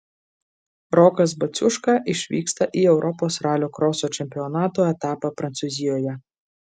rokas baciuška išvyksta į europos ralio kroso čempionato etapą prancūzijoje